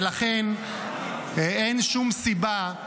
ולכן אין שום סיבה,